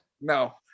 No